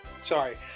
Sorry